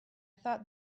thought